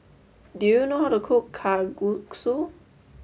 do you know how to cook Kalguksu